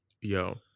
Yo